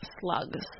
Slugs